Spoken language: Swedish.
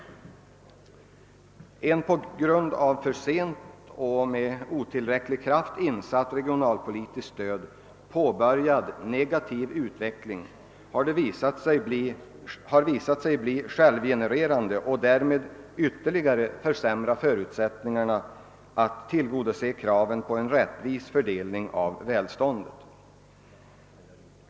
En på grund av ett för sent och med otillräcklig kraft insatt regionalpolitiskt stöd påbörjad negativ utveckling har wvisat sig bli självgenererande och därmed ytterligare försämrar förutsättningarna för att tillgodose kraven på en rättvis fördelning av välståndet.